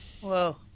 Whoa